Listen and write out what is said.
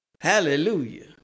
Hallelujah